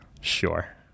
Sure